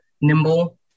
nimble